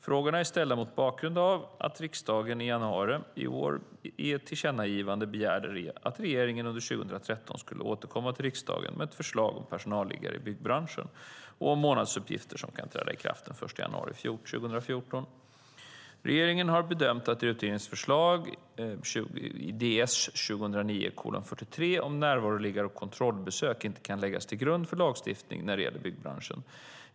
Frågorna är ställda mot bakgrund av att riksdagen i januari i år i ett tillkännagivande begärde att regeringen under 2013 skulle återkomma till riksdagen med förslag om personalliggare i byggbranschen och om månadsuppgifter, som kan träda i kraft den 1 januari 2014. Regeringen har bedömt att utredarens förslag i Ds 2009:43 om närvaroliggare och kontrollbesök inte kan läggas till grund för lagstiftning när det gäller byggbranschen.